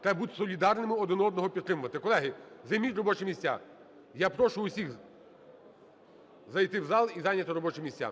треба бути солідарними один одного підтримувати. Колеги, займіть робочі місця, я прошу всіх зайти в зал і зайняти робочі місця.